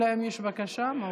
אלא אם כן יש בקשה מהאופוזיציה.